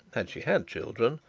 had she had children,